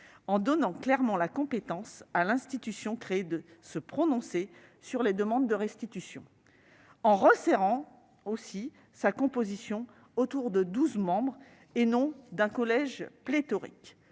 en donnant clairement compétence à l'institution créée de se prononcer sur les demandes de restitution et en resserrant sa composition autour de douze membres, au lieu d'un collège pléthorique.